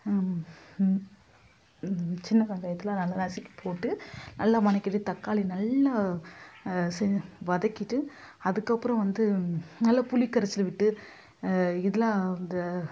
சின்ன வெங்காயத்தெலாம் நல்லா நசுக்கி போட்டு நல்லா வதக்கிட்டு தக்காளி நல்லா செ வதக்கிட்டு அதுக்கப்புறம் வந்து நல்ல புளி கரைசல் விட்டு இதெலாம் அந்த